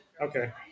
Okay